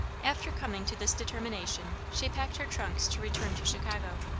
after coming to this determination, she packed her trunks to return to chicago.